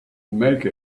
make